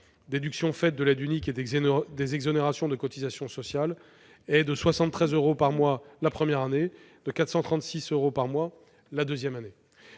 déduction faite de l'aide unique et des exonérations de cotisations sociales, s'élève à 73 euros par mois la première année et à 436 euros la seconde année.